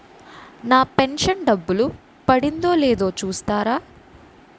నా pension డబ్బులు పడిందో లేదో చూస్తారా?